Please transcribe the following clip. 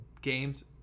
games